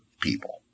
people